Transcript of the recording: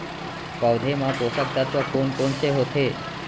पौधे मा पोसक तत्व कोन कोन से होथे?